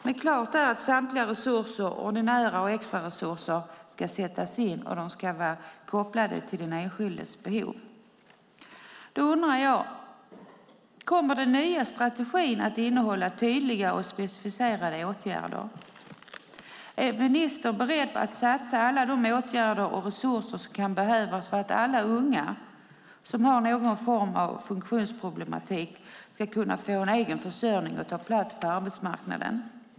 Men klart är att samtliga resurser, ordinära och extra resurser, ska sättas in och ska vara kopplade till den enskildes behov. Då undrar jag: Kommer den nya strategin att innehålla tydliga och specificerade åtgärder? Är ministern beredd att satsa alla de åtgärder och resurser som kan behövas för att alla unga som har någon form av funktionsproblematik ska kunna få en egen försörjning och en plats på arbetsmarknaden?